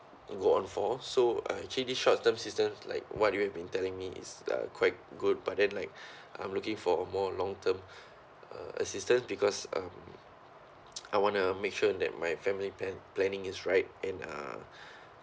go on for so uh actually this short term assistance like what you have been telling me is like quite good but then like I'm looking for a more long term uh assistance because um I wanna make sure that my family plan planning is right and uh